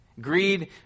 Greed